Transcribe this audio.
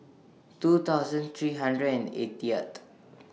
two thousand three hundred and eightieth